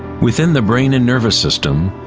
within the brain and nervous system,